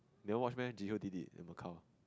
never watch meh Jihyo did it in Macau